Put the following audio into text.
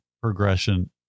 progression